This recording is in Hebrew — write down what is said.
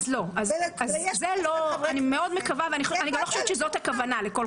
אז השאלה היא אם ניתן להגיע לפשרה